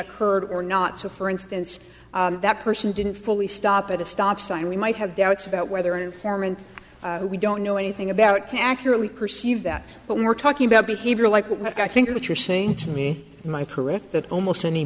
occurred or not so for instance that person didn't fully stop at a stop sign we might have doubts about whether informant who we don't know anything about can accurately perceive that but we're talking about behavior like what i think that you're saying to me in my correct that almost any